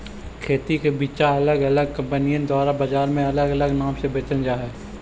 खेती के बिचा अलग अलग कंपनिअन द्वारा बजार में अलग अलग नाम से बेचल जा हई